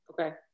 Okay